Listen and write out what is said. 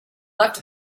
left